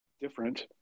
different